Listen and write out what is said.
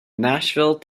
nashville